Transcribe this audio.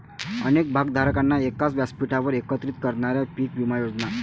अनेक भागधारकांना एकाच व्यासपीठावर एकत्रित करणाऱ्या पीक विमा योजना